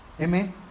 Amen